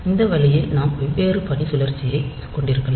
இந்த வழியில் நாம் வெவ்வேறு பணிச்சுழற்சியைக் கொண்டிருக்கலாம்